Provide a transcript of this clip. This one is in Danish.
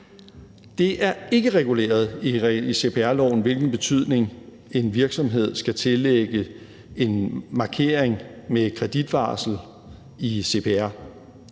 Det er ikke reguleret i cpr-loven, hvilken betydning en virksomhed skal tillægge en markering med kreditvarsel i CPR,